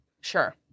Sure